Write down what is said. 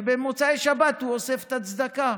ובמוצאי שבת הוא אוסף את הצדקה.